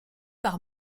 par